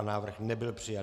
Návrh nebyl přijat.